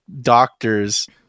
doctors